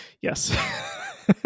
Yes